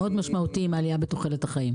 מאוד משמעותי עם העלייה בתוחלת החיים.